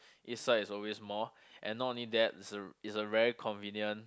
east side is always more and not only that is a is a very convenient